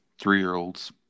three-year-olds